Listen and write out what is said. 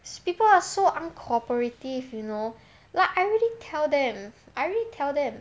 people are so uncooperative you know like I already tell them I already tell them